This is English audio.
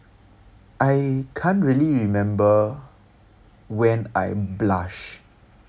I can't really remember when I blushed